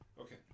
Okay